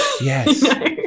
Yes